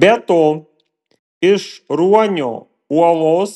be to iš ruonio uolos